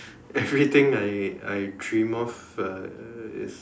everything I I dream of uh is